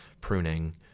pruning